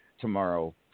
tomorrow